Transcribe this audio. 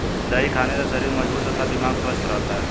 दही खाने से शरीर मजबूत तथा दिमाग स्वस्थ रहता है